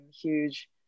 huge